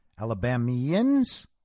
Alabamians